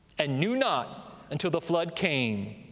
and knew not until the flood came,